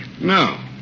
No